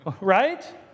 Right